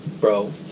Bro